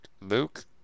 Luke